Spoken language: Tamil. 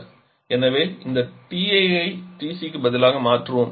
எனவே இந்த TA ஐ TC க்கு பதிலாக மாற்றுவோம்